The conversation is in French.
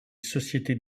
société